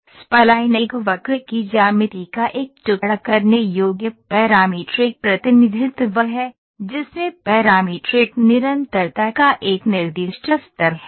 spline एक वक्र की ज्यामिति का एक टुकड़ा करने योग्य पैरामीट्रिक प्रतिनिधित्व है जिसमें पैरामीट्रिक निरंतरता का एक निर्दिष्ट स्तर है